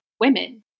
women